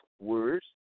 words